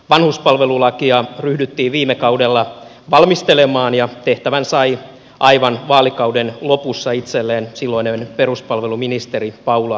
vanhuspalvelulakia ryhdyttiin viime kaudella valmistelemaan ja tehtävän sai aivan vaalikauden lopussa itselleen silloinen peruspalveluministeri paula risikko